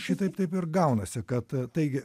šitaip taip ir gaunasi kad taigi